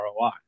ROI